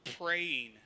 praying